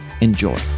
Enjoy